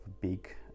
big